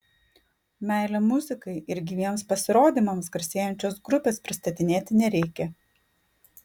meile muzikai ir gyviems pasirodymams garsėjančios grupės pristatinėti nereikia